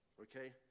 Okay